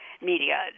media